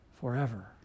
forever